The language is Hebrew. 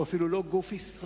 הוא אפילו לא גוף ישראלי,